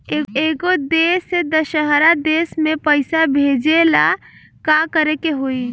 एगो देश से दशहरा देश मे पैसा भेजे ला का करेके होई?